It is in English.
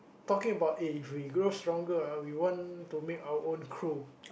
talking about eh if we grow stronger ah we want to make our own crew